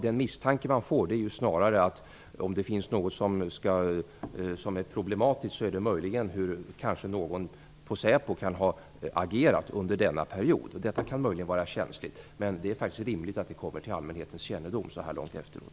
Den misstanke man får är snarare att det som är problematiskt är hur någon på SÄPO har agerat under denna period. Detta kan möjligen vara känsligt, men det är rimligt att det kommer till allmänhetens kännedom så här långt efteråt.